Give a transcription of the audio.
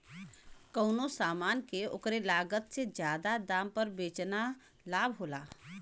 कउनो समान के ओकरे लागत से जादा दाम पर बेचना लाभ होला